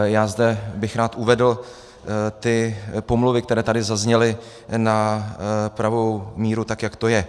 Rád bych zde uvedl ty pomluvy, které tady zazněly, na pravou míru, tak jak to je.